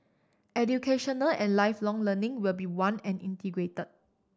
Educational and Lifelong Learning will be one and integrated